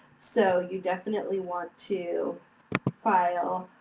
so, you definitely want to file,